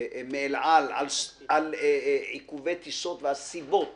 מאל על על עיכובי טיסות והסיבות